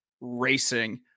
racing